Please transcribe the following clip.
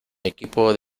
equipo